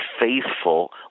faithful